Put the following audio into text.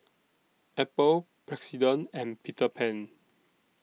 Apple President and Peter Pan